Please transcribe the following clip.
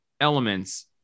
elements